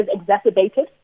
exacerbated